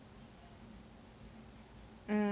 um